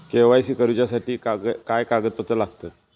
KYC करूच्यासाठी काय कागदपत्रा लागतत?